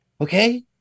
Okay